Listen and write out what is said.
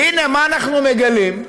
והינה, מה אנחנו מגלים?